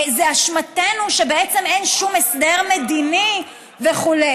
זו אשמתנו שאין שום הסדר מדיני וכו'.